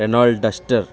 Renault duster